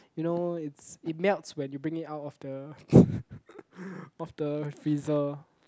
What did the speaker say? you know it's it melts when you bring it out of the of the freezer